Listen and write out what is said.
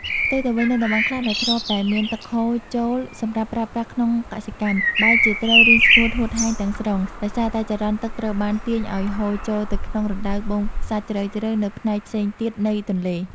ផ្ទុយទៅវិញ នៅតំបន់ខ្លះដែលធ្លាប់តែមានទឹកហូរចូលសម្រាប់ប្រើប្រាស់ក្នុងកសិកម្ម បែរជាត្រូវរីងស្ងួតហួតហែងទាំងស្រុង ដោយសារតែចរន្តទឹកត្រូវបានទាញឱ្យហូរចូលទៅក្នុងរណ្តៅបូមខ្សាច់ជ្រៅៗនៅផ្នែកផ្សេងទៀតនៃទន្លេ។